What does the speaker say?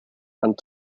and